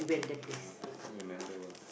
ah I can't remember what